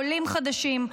עולים חדשים,